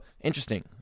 interesting